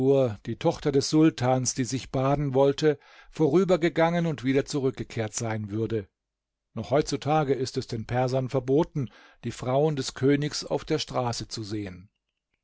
die tochter des sultans die sich baden wollte vorübergegangen und wieder zurückgekehrt sein würde noch heutzutage ist es den persern verboten die frauen des königs auf der straße zu sehen